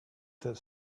that